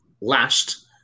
last